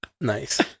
Nice